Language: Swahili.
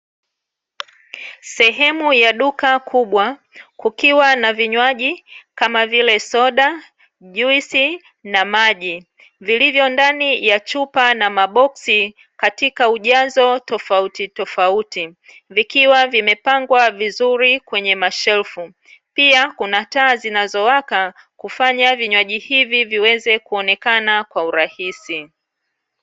Sehemu ya duka kubwa kukiwa na vinywaji kama vile soda, juisi na maji, vilivyo ndani ya chupa na maboski katika ujazo tofauti tofauti. Vikiwa vimepangwa vizuri kwenye mashelfu pia kuna taa zinazo waka kufanya vinywaji hivi viweze kuonekana kwa urahisi.